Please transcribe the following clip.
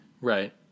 Right